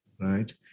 right